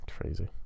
Crazy